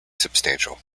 substantial